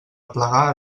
aplegar